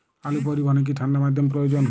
আলু পরিবহনে কি ঠাণ্ডা মাধ্যম প্রয়োজন?